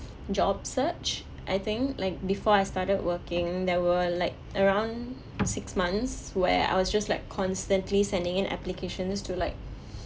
job search I think like before I started working there were like around six months where I was just like constantly sending in applications to like